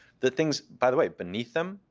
the things, by the way, beneath them,